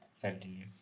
Continue